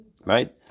Right